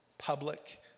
Public